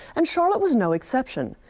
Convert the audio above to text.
and charlotte was no exception.